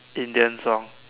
Indian song